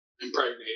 impregnated